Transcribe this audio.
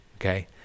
okay